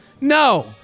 No